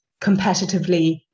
competitively